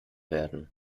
werden